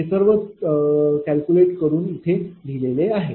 हे सर्व कॅल्कुलेट करून इथे लिहिलेले आहे